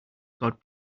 god